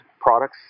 products